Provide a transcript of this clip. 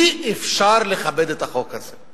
אי-אפשר לכבד את החוק הזה,